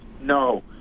no